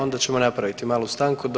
Onda ćemo napraviti malu stanku do